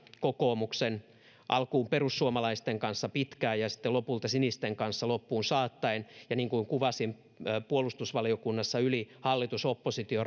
kokoomuksen alkuun perussuomalaisten kanssa pitkään ja ja sitten lopulta sinisten kanssa loppuun saattaen ja niin kuin kuvasin puolustusvaliokunnassa yli hallitus oppositio